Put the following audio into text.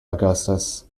augustus